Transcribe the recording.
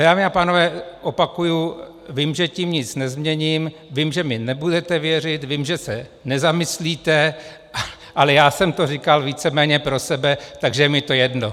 Dámy a pánové, opakuji, vím, že tím nic nezměním, vím, že mi nebudete věřit, vím, že se nezamyslíte, ale říkal jsem to víceméně pro sebe, takže je mi to jedno.